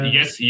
Yes